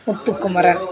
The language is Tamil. முத்துக்குமரன்